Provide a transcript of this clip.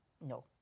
no